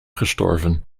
gestorven